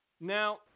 Now